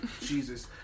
Jesus